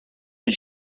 did